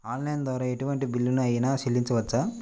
Online ద్వారా ఎటువంటి bill అయినా చెల్లించవచ్చా?